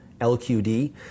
LQD